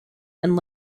and